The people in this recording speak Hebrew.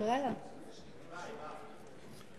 אנחנו פה.